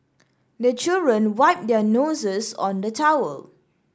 the children wipe their noses on the towel